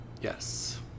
Yes